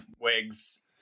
wigs